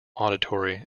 auditory